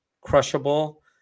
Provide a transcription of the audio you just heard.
crushable